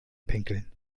pinkeln